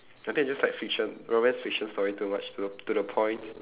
I think I just like fiction romance fiction story too much to the to the point